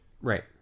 right